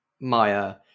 Maya